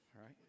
right